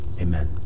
Amen